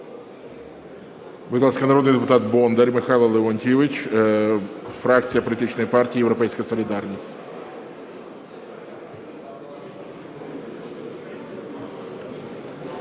Будь ласка, народний депутат Бондар Михайло Леонтійович, фракція політичної партії "Європейська солідарність".